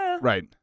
right